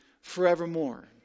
forevermore